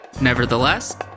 Nevertheless